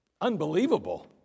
unbelievable